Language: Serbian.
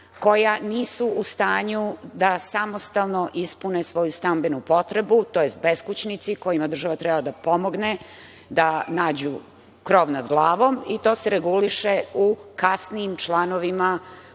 koja nisu u stanju da samostalno ispune svoju stambenu potrebu, tj. beskućnici kojima država treba da pomogne da nađu krov nad glavom, i to se reguliše u kasnijim članovima,